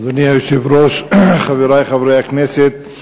אדוני היושב-ראש, חברי חברי הכנסת,